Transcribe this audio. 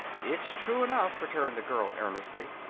it's true enough, returned the girl, earnestly.